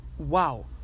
Wow